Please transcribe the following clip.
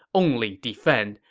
only defend.